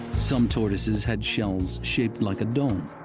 some tortoises had shells shaped like a dome